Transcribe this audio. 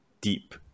deep